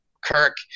Kirk